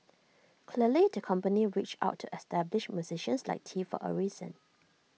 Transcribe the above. clearly the company reached out to established musicians like tee for A reason